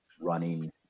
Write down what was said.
running